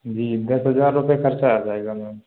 जी दस हज़ार रुपये ख़र्च आ जाएगा मैम